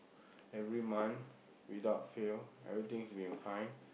every month without fail everything's been fine